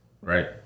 right